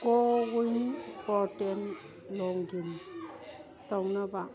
CoWIN portal login ꯇꯧꯅꯕ